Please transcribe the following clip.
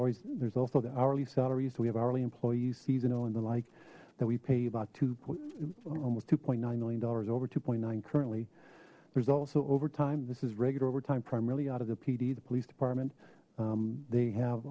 always there's also the hourly salary so we have hourly employees seasonal and the like that we pay about two points almost two point nine million dollars over two point nine currently there's also overtime this is regular overtime primarily out of the pd the police department they have